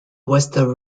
western